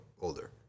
older